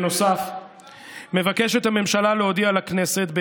נוסף על כך מבקשת הממשלה להודיע לכנסת,